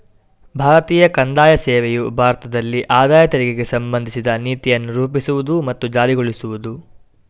ಭಾರತೀಯ ಕಂದಾಯ ಸೇವೆಯು ಭಾರತದಲ್ಲಿ ಆದಾಯ ತೆರಿಗೆಗೆ ಸಂಬಂಧಿಸಿದ ನೀತಿಯನ್ನು ರೂಪಿಸುವುದು ಮತ್ತು ಜಾರಿಗೊಳಿಸುವುದು